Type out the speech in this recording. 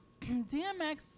DMX